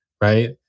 right